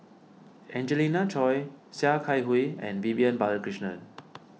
Angelina Choy Sia Kah Hui and Vivian Balakrishnan